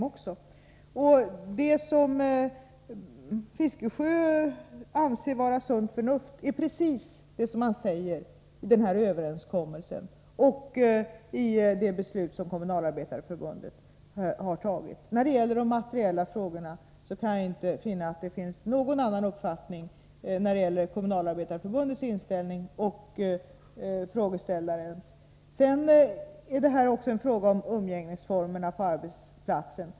Det som Bertil Fiskesjö anser vara sunt förnuft är precis det som man uttalat i överenskom melsen och i det beslut som Kommunalarbetareförbundet har fattat. När det gäller de materiella frågorna kan jag inte finna att Kommunalarbetareförbundet har någon annan uppfattning än frågeställaren. Detta är också en fråga om umgängesformerna på en arbetsplats.